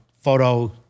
photo